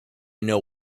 know